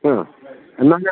ആ